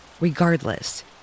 Regardless